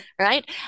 right